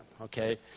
okay